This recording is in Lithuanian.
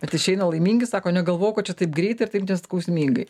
bet išeina laimingi sako negalvojau kad čia taip greit ir taip neskausmingai